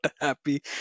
happy